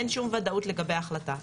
אין שום ודאות לגבי ההחלטה.